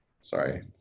sorry